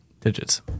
digits